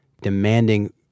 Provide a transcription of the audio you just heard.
demanding